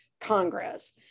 Congress